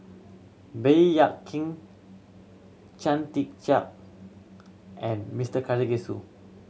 Baey Yam Keng Chia Tee Chiak and Mister Karthigesu